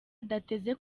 adateze